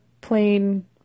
plain